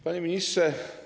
Panie Ministrze!